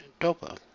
dopa